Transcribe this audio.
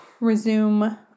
resume